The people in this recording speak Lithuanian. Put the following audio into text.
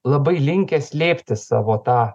labai linkę slėpti savo tą